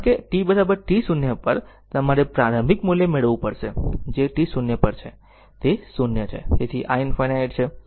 કારણ કે t t 0 પર તમારે પ્રારંભિક મૂલ્ય મેળવવું પડશે જે t 0 પર છે તે 0 છે